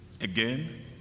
Again